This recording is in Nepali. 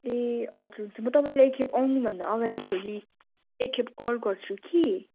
ए हजुर हुन्छ म तपाईँलाई एकखेप आउनुभन्दा अगाडि भोलि एकखेप कल गर्छु कि